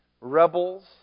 rebels